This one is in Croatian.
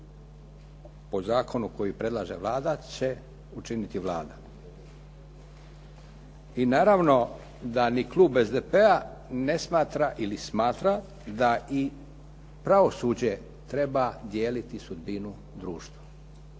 po zakonu koji predlaže Vlada će učiniti Vlada. I naravno da ni klub SDP-a ne smatra ili smatra da i pravosuđe treba dijeliti sudbinu društva.